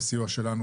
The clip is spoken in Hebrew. בסיוע שלנו,